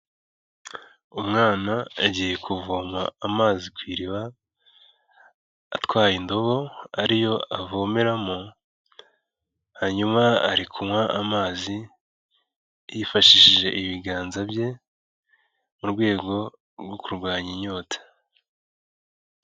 Umwana agiye kuvoma amazi ku iriba atwaye indobo ariyo avomeramo, hanyuma ari kunywa amazi yifashishije ibiganza bye mu rwego rwo kurwanya inyota.